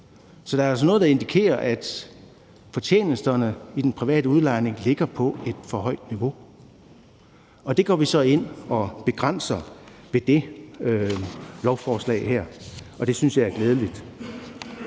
Så der er altså noget, der indikerer, at fortjenesterne i den private udlejning ligger på et for højt niveau, og det går vi så ind og begrænser med det lovforslag her, og det synes jeg er glædeligt.